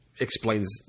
explains